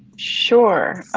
sure.